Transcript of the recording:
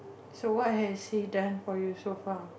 so what has he done for you so far